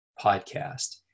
podcast